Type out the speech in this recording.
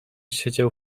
siedział